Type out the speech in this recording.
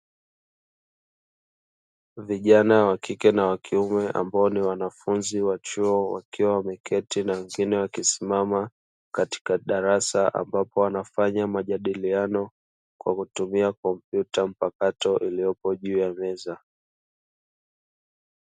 Vijana wa kike na wa kiume ambao ni wanafunzi wa chuo wakiwa wameketi na wengine wakisimama katika darasa ambapo wanafanya majadiliano kwa kutumia kompyuta mpakato iliyopo juu ya meza.